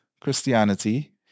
Christianity